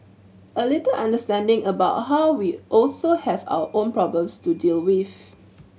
a little understanding about how we also have our own problems to deal with